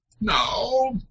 No